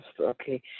okay